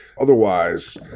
otherwise